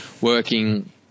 working